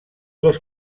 dos